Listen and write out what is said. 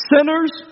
Sinners